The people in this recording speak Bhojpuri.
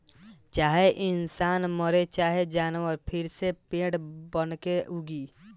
चाहे इंसान मरे चाहे जानवर फिर से पेड़ बनके उगी